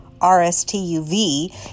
R-S-T-U-V